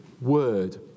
word